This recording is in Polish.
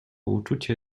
uczucie